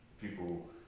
people